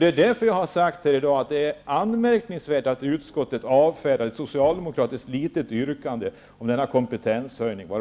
Det är därför som jag här i dag har sagt att det är anmärkningsvärt att utskottet avstyrker ett socialdemokratiskt litet yrkande om denna kompetenshöjning. Jag